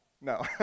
No